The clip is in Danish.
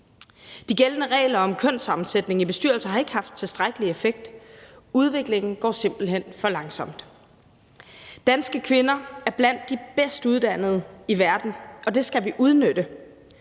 De gældende regler om kønssammensætning i bestyrelser har ikke haft tilstrækkelig effekt. Udviklingen går simpelt hen for langsomt. Danske kvinder er blandt de bedst uddannede i verden, og det skal vi udnytte.